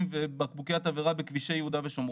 ובקבוקי התבערה בכבישי יהודה ושומרון.